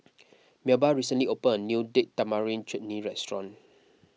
Melba recently opened a new Date Tamarind Chutney restaurant